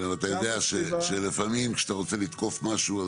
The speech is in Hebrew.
כן אבל אתה יודע שלפעמים כשאתה רוצה לתקוף משהו,